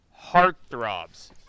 heartthrobs